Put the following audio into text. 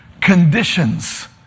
conditions